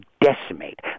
decimate